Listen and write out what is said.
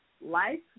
life